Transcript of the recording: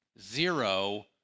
zero